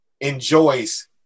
enjoys